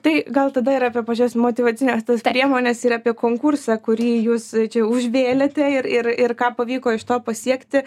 tai gal tada ir apie pačias motyvacines tas priemones ir apie konkursą kurį jūs čia užvėlėte ir ir ir ką pavyko iš to pasiekti